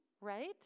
right